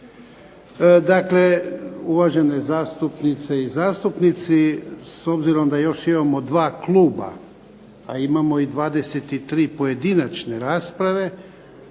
Dakle, uvažene zastupnice i zastupnici, s obzirom da još imamo dva kluba, a imamo i 23 pojedinačne rasprave